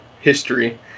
history